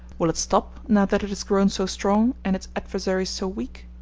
will it stop now that it has grown so strong and its adversaries so weak?